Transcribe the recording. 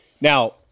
Now